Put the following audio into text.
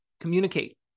Communicate